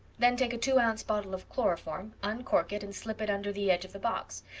then take a two-ounce bottle of chloroform, uncork it, and slip it under the edge of the box.